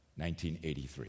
1983